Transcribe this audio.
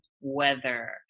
weather